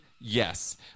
yes